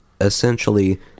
essentially